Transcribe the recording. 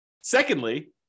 secondly